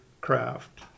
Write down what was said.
craft